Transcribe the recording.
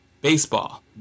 baseball